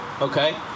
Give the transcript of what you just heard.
Okay